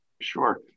Sure